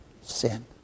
sin